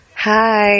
Hi